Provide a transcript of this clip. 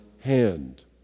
hand